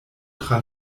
tra